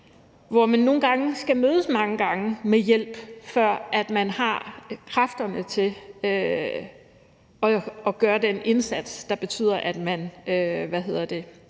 hvor man nogle gange skal mødes mange gange med hjælp, før man har kræfterne til at gøre den indsats, der betyder, at man